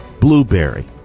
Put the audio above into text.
Blueberry